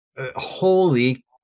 holy